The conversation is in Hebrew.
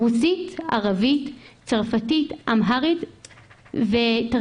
רוסית, ערבית, צרפתית, אמהרית וטרגרית